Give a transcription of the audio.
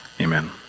Amen